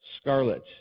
Scarlet